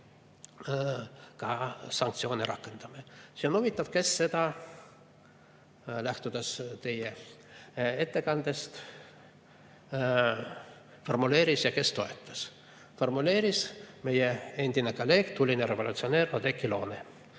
ka sanktsioone rakendame. See on huvitav, kes seda, kui lähtuda teie ettekandest, formuleeris ja kes toetas. Formuleeris meie endine kolleeg, tuline revolutsionäär Oudekki Loone.